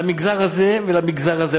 על המגזר הזה ועל המגזר הזה,